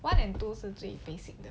one and two 是最 basic 的